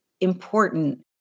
important